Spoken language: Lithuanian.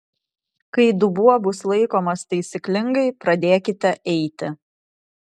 kai dubuo bus laikomas taisyklingai pradėkite eiti